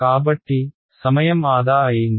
కాబట్టి సమయం ఆదా అయ్యింది